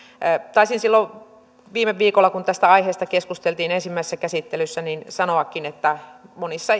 taisin viime viikolla kun tästä aiheesta keskusteltiin ensimmäisessä käsittelyssä sanoakin että esimerkiksi monissa